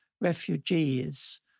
refugees